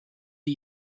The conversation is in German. die